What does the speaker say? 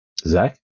Zach